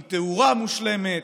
עם תאורה מושלמת,